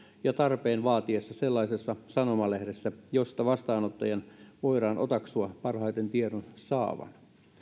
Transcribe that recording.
ja tarpeen vaatiessa sellaisessa sanomalehdessä josta vastaanottajan voidaan otaksua parhaiten tiedon saavan